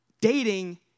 Dating